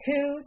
Two